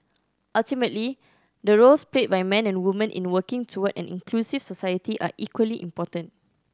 ultimately the roles played by men and woman in working toward an inclusive society are equally important